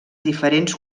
diferents